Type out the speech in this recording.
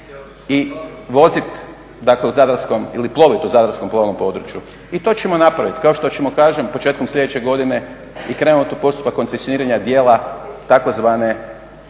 i voziti dakle u zadarskom, ili ploviti u zadarskom plovnom području. I to ćemo napraviti. Kao što ćemo kažem početkom sljedeće godine i krenuti u postupak koncesioniranja dijela tzv.